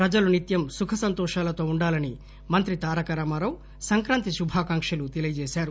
ప్రజలు నిత్యం సుఖ సంతోషాలతో ఉండాలని మంత్రి తారకరామారావు సంక్రాంతి శుభాకాంక్షలు తెలిపారు